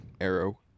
arrow